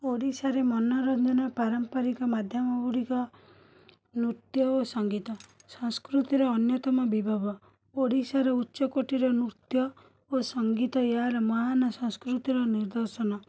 ଓଡ଼ିଶାରେ ମନୋରଞ୍ଜନ ପାରମ୍ପରିକ ମାଧ୍ୟମଗୁଡ଼ିକ ନୃତ୍ୟ ଓ ସଙ୍ଗୀତ ସଂସ୍କୃତିର ଅନ୍ୟତମ ବିଭବ ଓଡ଼ିଶାର ଉଚ୍ଚକୋଟୀରନୃତ୍ୟ ଓ ସଙ୍ଗୀତ ଏହାର ମହାନ୍ ସଂସ୍କୃତିର ନିର୍ଦ୍ଦଶନ